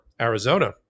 Arizona